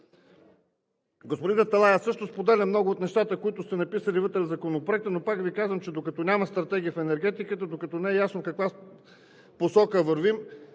Господин Аталай, аз също споделям много от нещата, които сте написали вътре в Законопроекта, но пак Ви казвам, че докато няма стратегия в енергетиката, докато не е ясно в каква посока вървим,